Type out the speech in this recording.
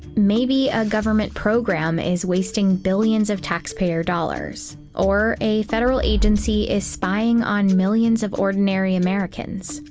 maybe a government program is wasting billions of taxpayer dollars. or a federal agency is spying on millions of ordinary americans.